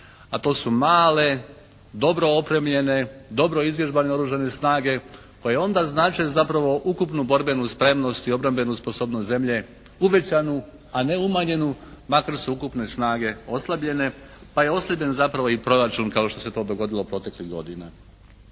a to su male dobro opremljene, dobro izvježbane oružane snage koje onda znače zapravo ukupnu borbenu spremnost i obrambenu sposobnost zemlje uvećanu a ne umanjenu makar su ukupne snage oslabljene pa je oslabljen zapravo i proračun kao što se to dogodilo proteklih godina.